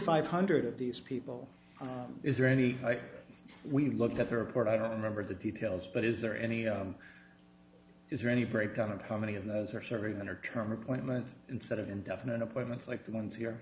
five hundred of these people is there any like we look at the report i don't remember the details but is there any is there any breakdown of how many of those are serving under term appointments instead of indefinite appointments like the ones here